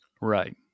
Right